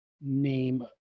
name